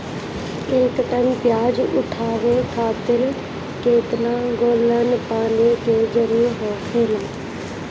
एक टन प्याज उठावे खातिर केतना गैलन पानी के जरूरत होखेला?